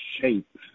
shape